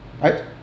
right